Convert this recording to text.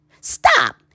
Stop